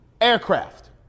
aircraft